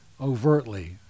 overtly